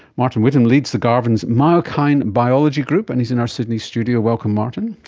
martin whitham leads the garvan's myokine biology group, and he's in our sydney studio. welcome martin.